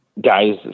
guys